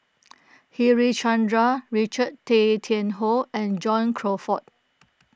Harichandra Richard Tay Tian Hoe and John Crawfurd